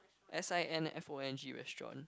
S I N F O N G restaurant